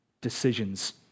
decisions